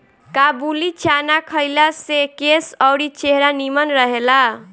काबुली चाना खइला से केस अउरी चेहरा निमन रहेला